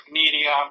media